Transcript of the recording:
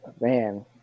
man